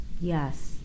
Yes